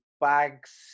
bags